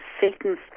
Satan's